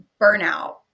Burnout